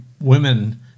women